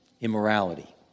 immorality